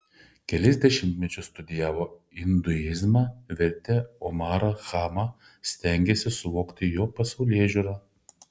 kelis dešimtmečius studijavo induizmą vertė omarą chajamą stengėsi suvokti jo pasaulėžiūrą